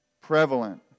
prevalent